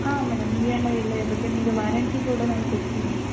ಹಾಂ madam E M I ಎಲ್ಲ ಇರುತ್ತೆ ನಿಮಗೆ ವಾರಂಟಿ ಕೂಡ ನಾವು ಕೊಡ್ತೀವಿ